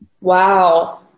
wow